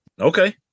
Okay